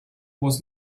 was